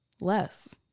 less